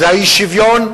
זה האי-שוויון,